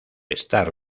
estar